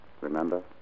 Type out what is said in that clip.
Remember